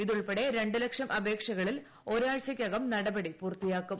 ഇതുൾപ്പെടെ രണ്ട് ലക്ഷം അപേക്ഷകളിൽ ഒരാഴ്ചക്കുക്ക് നടപടി പൂർത്തിയാക്കും